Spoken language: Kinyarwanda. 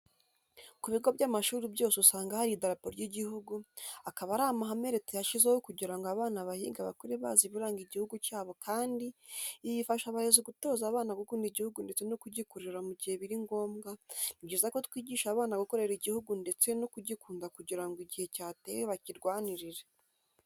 Ku bigo by'amashuri byose usanga hari idarapo ry'igihugu, akaba ari amahame leta yashyizeho kugira ngo abana bahiga bakure bazi ibiranga igihugu cyabo kandi ibi bifasha abarezi gutoza abana gukunda igihugu ndetse no kugikorera mu gihe biri ngombwa, ni byiza ko twigisha abana gukorera igihugu ndetse no kugikunda kugira ngo igihe cyatewe bakirwanirire.